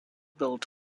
built